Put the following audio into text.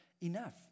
enough